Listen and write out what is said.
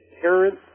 parents